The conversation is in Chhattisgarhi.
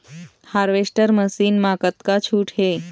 हारवेस्टर मशीन मा कतका छूट हे?